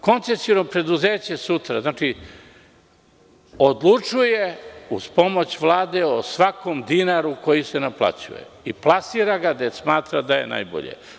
Koncesiono preduzeće sutra odlučuje uz pomoć Vlade o svakom dinaru koji se naplaćuje i plasira ga gde smatra da je najbolje.